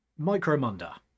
Micromunda